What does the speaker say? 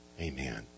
Amen